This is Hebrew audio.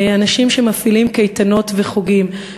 אנשים שמפעילים קייטנות וחוגים,